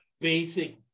basic